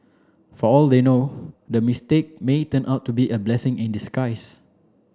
for all they know the mistake may turn out to be a blessing in disguise